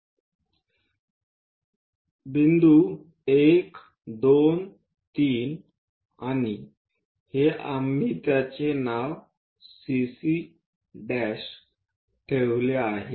1 2 3 बिंदू आणि हे आम्ही त्याचे नाव CC' ठेवले आहे